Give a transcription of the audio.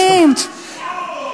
אדוני.